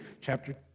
chapter